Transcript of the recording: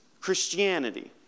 Christianity